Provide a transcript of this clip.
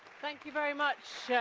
thank you very much,